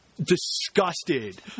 disgusted